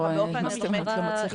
לא, מה זאת אומרת לא מצליחים?